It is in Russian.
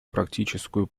практическую